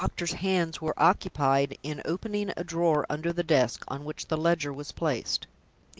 the doctor's hands were occupied in opening a drawer under the desk on which the ledger was placed.